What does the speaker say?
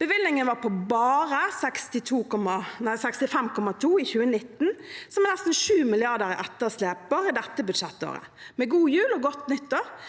Bevilgningen var på bare 65,2 mrd. kr i 2019, som er nesten 7 mrd. kr i etterslep bare det budsjettåret – med god jul og godt nytt år,